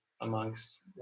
amongst